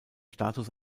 status